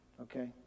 Okay